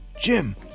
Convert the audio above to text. Jim